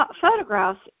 photographs